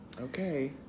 okay